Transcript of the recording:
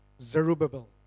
Zerubbabel